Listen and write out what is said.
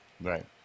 right